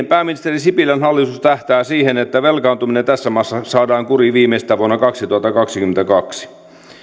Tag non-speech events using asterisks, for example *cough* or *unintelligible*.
*unintelligible* pääministeri sipilän hallitus tähtää siihen että velkaantuminen tässä maassa saadaan kuriin viimeistään vuonna kaksituhattakaksikymmentäkaksi